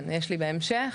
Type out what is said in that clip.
כן יש לי בהמשך.